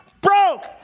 broke